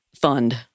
fund